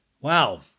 Wow